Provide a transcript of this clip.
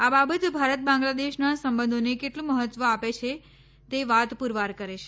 આ બાબત ભારત બાંગ્લાદેશના સંબંધોને કેટલું મહત્ત્વ આપે છે તે વાત પૂરવાર કરે છે